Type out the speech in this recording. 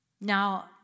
now